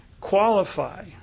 qualify